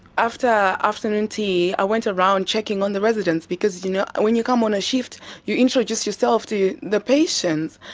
after afternoon tea i went around checking on the residents because you know when you come on a shift you introduce yourself to the patients.